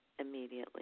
immediately